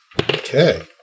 Okay